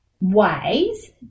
ways